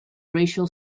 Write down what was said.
racial